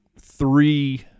three